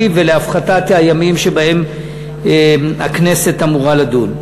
ולהפחתת מספר הימים שבהם הכנסת אמורה לדון.